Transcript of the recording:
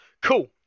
Cool